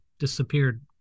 disappeared